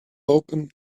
open